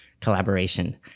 collaboration